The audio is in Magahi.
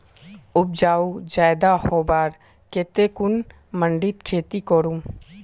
उपजाऊ ज्यादा होबार केते कुन माटित खेती करूम?